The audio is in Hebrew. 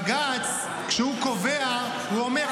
בג"ץ, כשהוא קובע ואומר,